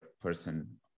person